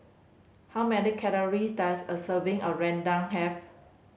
how many calory does a serving a rendang have